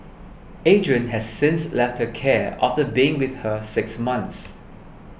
Adrian has since left care after being with her six months